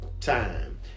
time